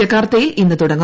ജക്കാർത്തയിൽ ഇന്ന് തുടങ്ങും